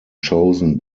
chosen